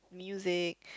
music